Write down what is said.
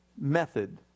method